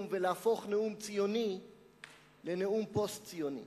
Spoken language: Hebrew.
ולהפוך נאום ציוני לנאום פוסט-ציוני.